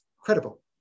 credible